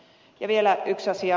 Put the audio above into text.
ja vielä yksi asia